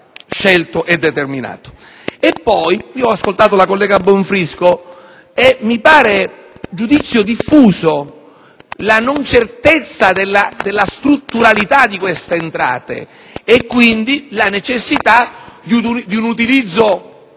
scelto e determinato. Ho ascoltato la collega Bonfrisco e mi pare sia giudizio diffuso l'incertezza sulla strutturalità di queste entrate e quindi la necessità di un loro utilizzo